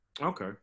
Okay